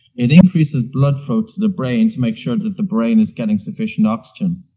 it increases blood flow to the brain to make sure that the brain is getting sufficient oxygen,